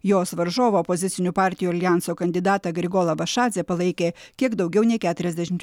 jos varžovo opozicinių partijų aljanso kandidatą grigolą vašadzę palaikė kiek daugiau nei keturiasdešimt